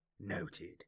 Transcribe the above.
Noted